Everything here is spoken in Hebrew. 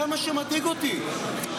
זה מה שמדאיג אותי.